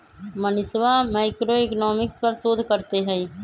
मनीषवा मैक्रोइकॉनॉमिक्स पर शोध करते हई